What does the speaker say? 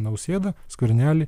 nausėdą skvernelį